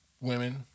women